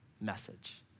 message